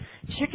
Chicken